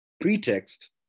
pretext